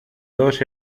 dos